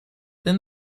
then